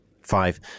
five